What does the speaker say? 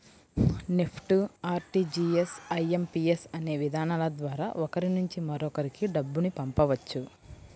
NEFT, RTGS, IMPS అనే విధానాల ద్వారా ఒకరి నుంచి మరొకరికి డబ్బును పంపవచ్చు